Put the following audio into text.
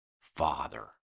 Father